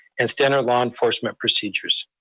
and standard law enforcement procedures.